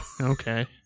Okay